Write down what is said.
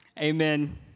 Amen